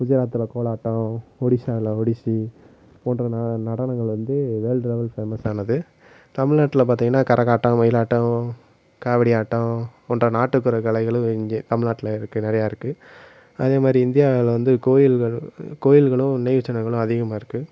குஜராத்தில் கோலாட்டம் ஒடிசாவில் ஒடிசி போன்ற நடனங்கள் வந்து வேர்ல்ட் லெவல் ஃபேமஸானது தமிழ்நாட்டுல பார்த்தீங்கன்னா கரகாட்டம் ஒயிலாட்டம் காவடியாட்டம் போன்ற நாட்டுப்புற கலைகளும் இங்கே தமிழ்நாட்டுல இருக்குது நிறையாருக்கு அதே மாதிரி இந்தியாவில் வந்து கோவில்கள் கோவில்களும் நினைவு சின்னங்களும் அதிகமாயிருக்கு